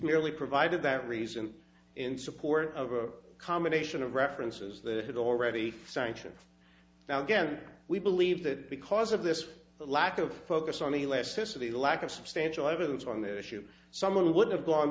merely provided that reason in support of a combination of references that had already sanctioned now again we believe that because of this lack of focus on the last sr the lack of substantial evidence on the issue someone would have gone